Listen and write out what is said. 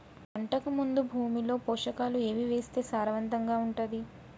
పంటకు ముందు భూమిలో పోషకాలు ఏవి వేస్తే సారవంతంగా ఉంటది?